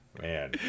man